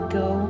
go